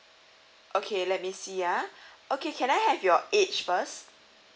okay let me see ah okay can I have your age first